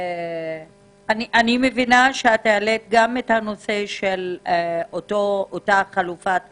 אני מבינה שאת העלית גם את הנושא של אותה חלופת מעצר,